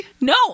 no